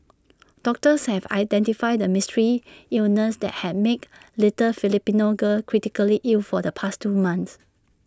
doctors have identified the mystery illness that has made little Filipino girl critically ill for the past two months